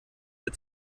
der